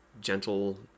gentle